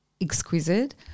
Exquisite